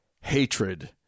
hatred